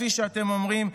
כפי שאתם אומרים,